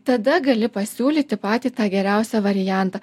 tada gali pasiūlyti patį tą geriausią variantą